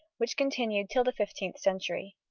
which continued till the fifteenth century.